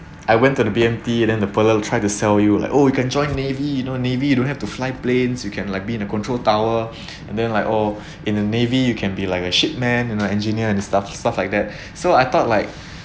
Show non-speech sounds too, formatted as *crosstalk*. I went to the B_M_T and then the fellow will try to sell you like oh you can join navy you know navy you don't have to fly planes you can like be in the control tower *breath* and then like oh *breath* in the navy you can be like a ship man you know engineer and stuff stuff like that *breath* so I thought like